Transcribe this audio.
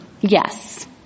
yes